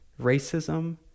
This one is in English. racism